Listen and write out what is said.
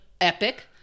epic